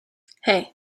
hey